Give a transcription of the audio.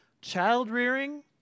Child-rearing